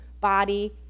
body